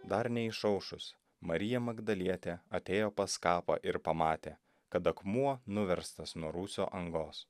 dar neišaušus marija magdalietė atėjo pas kapą ir pamatė kad akmuo nuverstas nuo rūsio angos